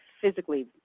physically